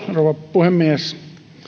puhemies